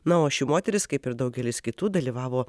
na o ši moteris kaip ir daugelis kitų dalyvavo